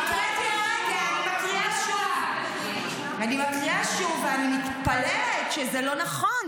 אני מקריאה שוב ואני מתפללת שזה לא נכון.